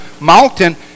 mountain